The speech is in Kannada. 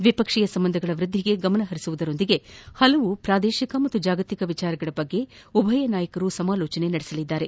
ದ್ವಿಪಕ್ಷೀಯ ಸಂಬಂಧಗಳ ವೃದ್ದಿಗೆ ಗಮನಹರಿಸುವುದರ ಜೊತೆಗೆ ಹಲವು ಪ್ರಾದೇಶಿಕ ಮತ್ತು ಜಾಗತಿಕ ವಿಷಯಗಳ ಕುರಿತು ಉಭಯ ನಾಯಕರು ಸಮಾಲೋಚನೆ ನಡೆಸುವರು